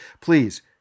please